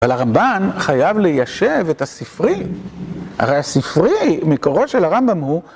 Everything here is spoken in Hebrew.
אבל הרמב״ן חייב ליישב את הספרי, הרי הספרי, מקורו של הרמב״ם הוא